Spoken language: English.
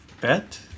bet